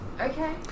Okay